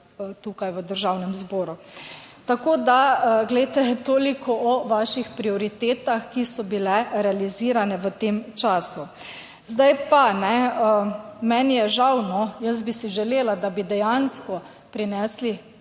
tukaj v Državnem zboru. Tako da, glejte, toliko o vaših prioritetah, ki so bile realizirane v tem času. Zdaj pa, meni je žal, no, jaz bi si želela, da bi dejansko prinesli